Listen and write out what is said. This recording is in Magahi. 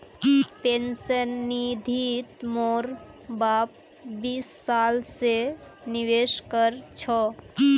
पेंशन निधित मोर बाप बीस साल स निवेश कर छ